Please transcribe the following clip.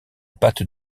pâte